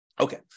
Okay